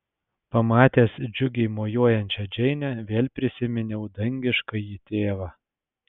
pamatęs džiugiai mojuojančią džeinę vėl prisiminiau dangiškąjį tėvą